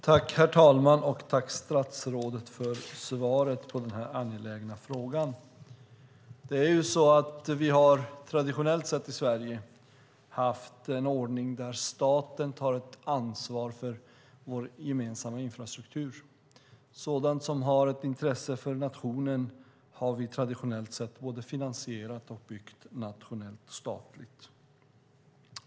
Herr talman! Jag tackar statsrådet för svaret på denna angelägna fråga. Vi har i Sverige traditionellt sett haft en ordning där staten tar ett ansvar för vår gemensamma infrastruktur. Sådant som har ett intresse för nationen har vi traditionellt sett både finansierat och byggt nationellt och statligt.